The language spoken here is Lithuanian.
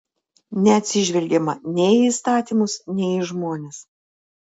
neatsižvelgiama nei į įstatymus nei į žmones